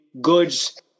goods